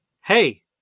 hey